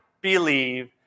believe